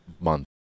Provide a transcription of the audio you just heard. month